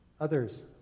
Others